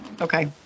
okay